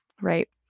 Right